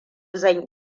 zan